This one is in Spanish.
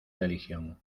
religión